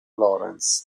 lorenz